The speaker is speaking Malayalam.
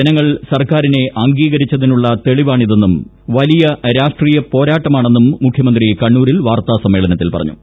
ജനങ്ങൾ സർക്കാരിനെ അംഗീകരിച്ചതിനുള്ള തെളിവാണിതെന്നും നടന്നത് വലിയ രാഷ്ട്രീയ പോരാട്ടമാണെന്നും മുഖ്യമന്ത്രി കണ്ണൂരിൽ വാർത്താ സമ്മേളനത്തിൽ പറഞ്ഞു